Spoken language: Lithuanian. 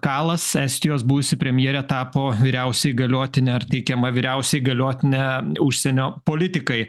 kalas estijos buvusi premjerė tapo vyriausia įgaliotine ir teikiama vyriausiai įgaliotine užsienio politikai